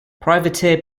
privateer